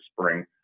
spring